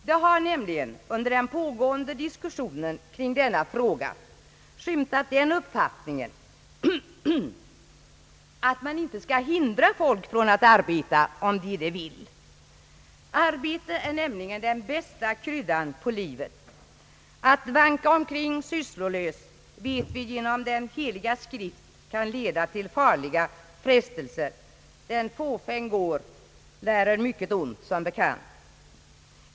Det har nämligen under den pågående diskussionen kring denna fråga skymtat den uppfattningen, att man inte skall hindra människor från att arbeta om de vill. Arbete är nämligen den bästa kryddan på livet. Att vanka omkring sysslolös kan, det vet vi genom den heliga skrift, leda till farliga frestelser. »Den fåfäng går lärer mycket ont», som bekant.